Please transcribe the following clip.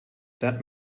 that